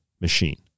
machine